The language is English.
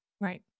Right